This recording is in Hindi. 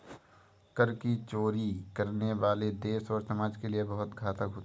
कर की चोरी करने वाले देश और समाज के लिए बहुत घातक होते हैं